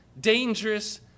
dangerous